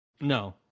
No